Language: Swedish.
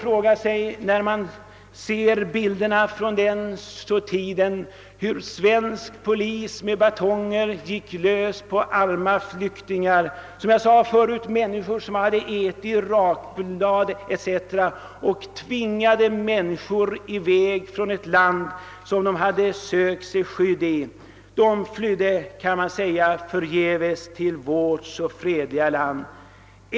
När man ser bilderna från den tiden av hur svensk polis med batonger tvingade arma flyktingar, som hade ätit rakblad etc., i väg från ett land som de hade sökt skydd i, måste man säga sig att de flydde förgäves till vårt fredliga Sverige.